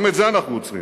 גם את זה אנחנו עוצרים.